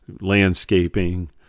landscaping